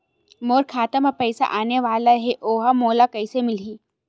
मोर खाता म पईसा आने वाला हे ओहा मोला कइसे मिलही?